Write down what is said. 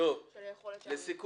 אמרתי